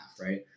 right